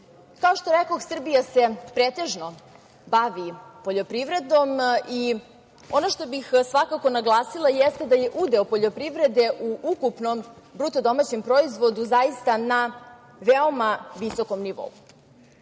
Kao što rekoh, Srbija se pretežno bavi poljoprivredom i ono što bih svakako naglasila jeste da je udeo poljoprivrede u ukupnom BDP zaista na veoma visokom nivou. Vlada